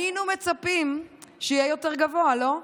היינו מצפים שיהיה יותר גבוה, לא?